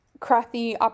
crafty